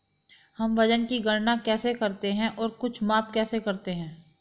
हम वजन की गणना कैसे करते हैं और कुछ माप कैसे करते हैं?